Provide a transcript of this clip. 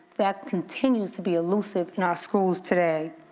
that continues to be elusive in our schools today,